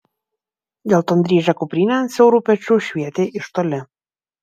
geltondryžė kuprinė ant siaurų pečių švietė iš toli